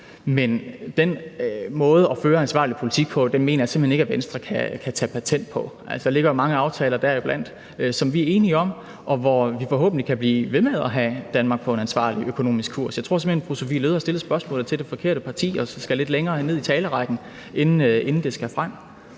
Men den måde at føre ansvarlig politik på mener jeg simpelt hen ikke at Venstre kan tage patent på. Altså, der ligger mange aftaler deriblandt, som vi er enige om, og vi kan forhåbentlig blive ved med at have Danmark på en ansvarlig økonomisk kurs. Jeg tror simpelt hen, at fru Sophie Løhde har stillet spørgsmålet til det forkerte parti og skal lidt længere ned i talerrækken, inden det skal frem.